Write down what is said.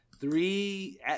three